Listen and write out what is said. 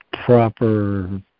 proper